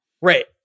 Right